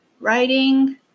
writing